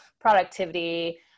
productivity